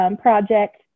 project